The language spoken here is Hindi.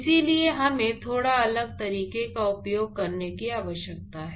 इसलिए हमें थोड़ा अलग तरीके का उपयोग करने की आवश्यकता है